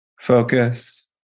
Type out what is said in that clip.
focus